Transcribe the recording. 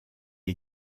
est